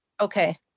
Okay